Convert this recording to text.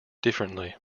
differently